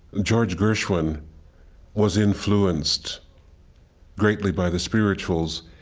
george gershwin was influenced greatly by the spirituals,